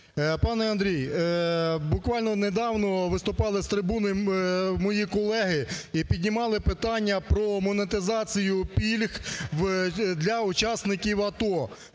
Пане Андрій, буквально недавно виступали з трибуни мої колеги і піднімали питання про монетизацію пільг для учасників АТО,